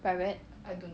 private